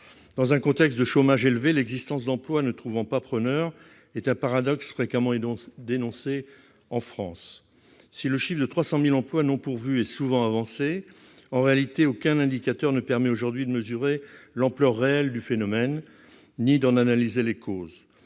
Dans un contexte de chômage élevé, l'existence d'emplois ne trouvant pas preneur est un paradoxe fréquemment dénoncé en France. Si le chiffre de 300 000 emplois non pourvus est souvent avancé, en réalité aucun indicateur ne permet aujourd'hui de mesurer l'ampleur réelle du phénomène ni d'en analyser les causes.